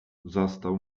zastał